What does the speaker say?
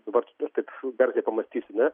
dabar tiktais taip dar apie pamąstysime